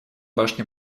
башни